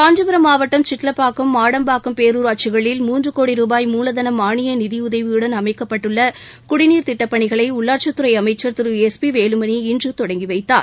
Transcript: காஞ்சிபுரம் மாவட்டம் சிட்லப்பாக்கம் மாடம்பாக்கம் பேருராட்சிகளில் மூன்று கோடி ருபாய் மூலதன மாளிய நிதியுதவியுடன் அமைக்கப்பட்டுள்ள குடிநீர் திட்டப்பனிகளை உள்ளாட்சித் துறை அமைச்சர் திரு எஸ் பி வேலுமணி இன்று தொடங்கிவைத்தார்